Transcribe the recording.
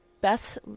best